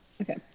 Okay